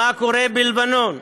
מה קורה בלבנון,